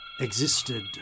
existed